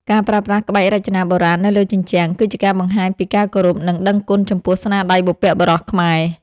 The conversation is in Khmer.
ការប្រើប្រាស់ក្បាច់រចនាបុរាណនៅលើជញ្ជាំងគឺជាការបង្ហាញពីការគោរព និងដឹងគុណចំពោះស្នាដៃបុព្វបុរសខ្មែរ។